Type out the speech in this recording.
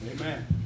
Amen